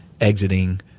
exiting